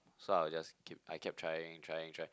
so I were just keep I kept trying trying trying